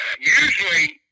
usually